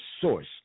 source